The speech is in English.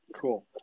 Cool